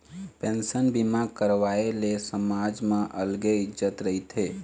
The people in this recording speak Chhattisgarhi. पेंसन बीमा करवाए ले समाज म अलगे इज्जत रहिथे